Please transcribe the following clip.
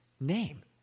name